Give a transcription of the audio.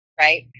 right